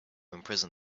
imprison